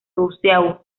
rousseau